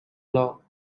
law